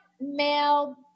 male